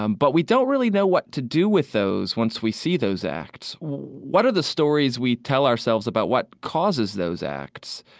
um but we don't really know what to do with those once we see those acts. what are the stories we tell ourselves about what causes those acts?